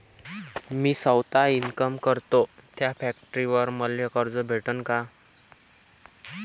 मी सौता इनकाम करतो थ्या फॅक्टरीवर मले कर्ज भेटन का?